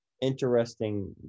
interesting